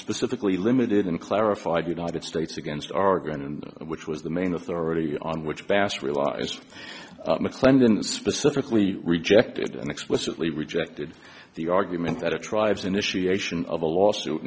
specifically limited and clarified united states against oregon and which was the main authority on which passed revised mclendon specifically rejected and explicitly rejected the argument that the tribes initiation of a lawsuit